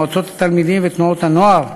למועצות התלמידים ולתנועות הנוער,